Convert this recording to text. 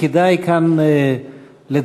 רק כדאי כאן לדייק.